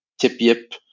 tip-yip